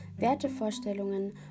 Wertevorstellungen